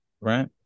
right